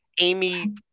Amy